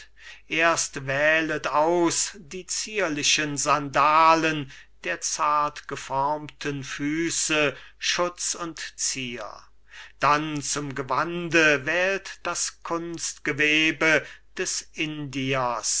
erst wählet aus die zierlichen sandalen der zartgeformten füße schutz und zier dann zum gewande wählt das kunstgewebe des indiers